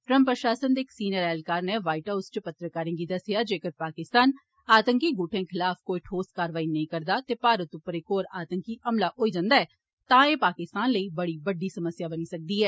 Trump प्रशासन दे इक सीनियर एहलकार ने वाईस हाउस च पत्रकारें गी दस्सेया जेकर पाकिस्तान आतंकवादी गुटें खलाफ कोई ठोस कारवाई नेई करदा ते भारत उप्पर इक होर आतंकवादी हमला होई जन्दा ऐ तां ए पाकिस्तान लेई बड़ी बड़ी समस्या बनी सकदी ऐ